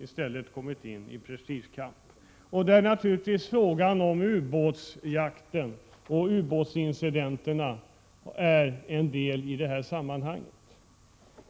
I stället har det blivit en prestigekamp — och naturligtvis utgör ubåtsjakten och ubåtsincidenterna en del i det sammanhanget.